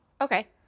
Okay